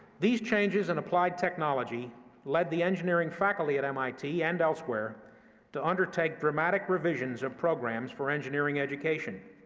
these changes in applied technology led the engineering faculty at mit and elsewhere to undertake dramatic revisions of programs for engineering education,